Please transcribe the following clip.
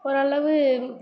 ஓரளவு